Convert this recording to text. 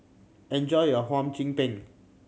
enjoy your Hum Chim Peng